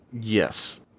Yes